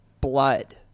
blood